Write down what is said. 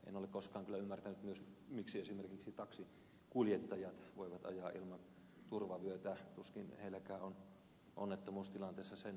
en ole koskaan kyllä ymmärtänyt sitä miksi esimerkiksi taksinkuljettajat voivat ajaa ilman turvavyötä tuskin heilläkään on onnettomuustilanteessa sen parempi selviytymismahdollisuus